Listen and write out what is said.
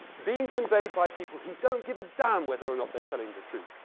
being conveyed by people who don't give a damn whether or not they're telling the truth.